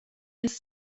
his